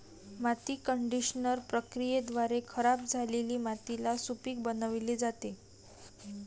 माती कंडिशनर प्रक्रियेद्वारे खराब झालेली मातीला सुपीक बनविली जाते